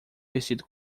vestido